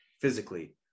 physically